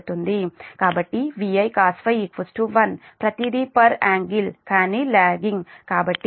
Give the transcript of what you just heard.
కాబట్టి V I cos 1 ప్రతిదీ per angle కానీ లాగింగ్